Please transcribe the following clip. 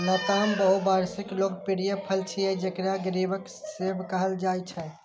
लताम बहुवार्षिक लोकप्रिय फल छियै, जेकरा गरीबक सेब कहल जाइ छै